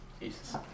Jesus